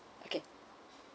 okay